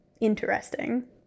interesting